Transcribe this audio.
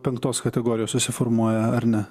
penktos kategorijos susiformuoja ar ne